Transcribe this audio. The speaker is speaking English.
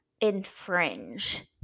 infringe